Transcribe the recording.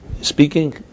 speaking